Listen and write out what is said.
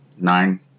nine